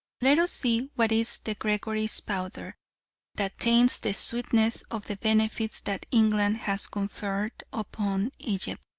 let us see what is the gregory's powder that taints the sweetness of the benefits that england has conferred upon egypt.